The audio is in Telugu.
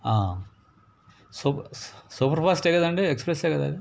ఆ సూప సూపర్ ఫాస్టే కదండి ఎక్స్ప్రెస్సే కదా